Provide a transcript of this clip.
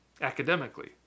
academically